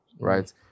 right